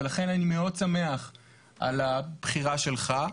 לכן אני מאוד שמח על הבחירה שלך.